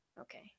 Okay